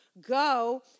Go